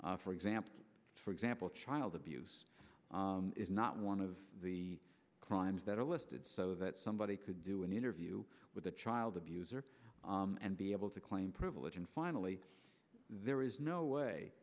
for exam for example child abuse is not one of the crimes that are listed so that somebody could do an interview with a child abuser and be able to claim privilege and finally there is no way